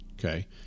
okay